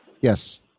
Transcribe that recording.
Yes